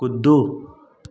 कूदू